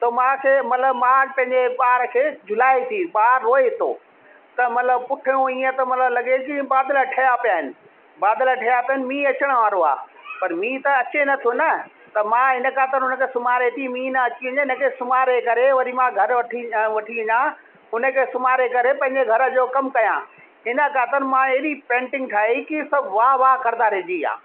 त माउ खे मतलबु माउ पंहिंजे ॿार खे झुलाए थी ॿार रोए थो त मतलबु पुठियां इयं थो मतलबु लॻे की बादल ठहिया पिया आहिनि बादल ठहिया पिया आहिनि मींहुं अचण वारो आहे पर मींहुं त अचे नथो न त माउ हिन ख़ातिरि हुनखे सुम्हारे थी मींहुं न अची वञे हिनखे सुम्हारे करे वरी माउ घर वठी ऐं वठी वञा हुनखे सुम्हारे करे पंहिंजे घर जो कमु कयां हिन ख़ातिरि मां अहिड़ी पेंटिंग ठाही कि सभु वा वा कंदा रहिजी विया